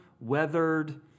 weathered